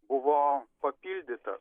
buvo papildyta